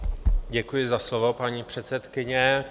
Děkuji za slovo, paní předsedkyně.